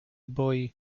boi